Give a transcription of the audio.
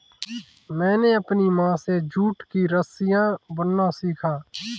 मैंने अपनी माँ से जूट की रस्सियाँ बुनना सीखा